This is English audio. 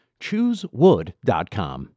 Choosewood.com